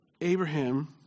Abraham